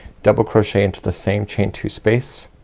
double crochet into the same chain two space,